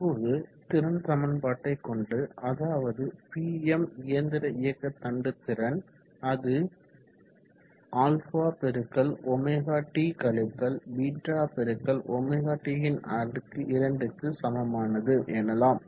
இப்போது திறன் சமன்பாட்டை கொண்டு அதாவது Pm இயந்திர இயக்க தண்டு திறன் அது α ωt β ωt2க்கு சமமானது எனலாம்